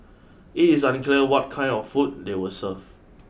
it is unclear what kind of food they were served